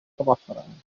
k’amafaranga